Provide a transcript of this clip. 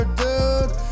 dude